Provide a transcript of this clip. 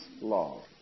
law